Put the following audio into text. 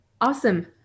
Awesome